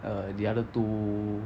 err the other two